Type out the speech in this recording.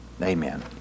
Amen